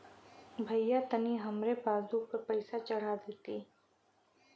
भईया तनि हमरे पासबुक पर पैसा चढ़ा देती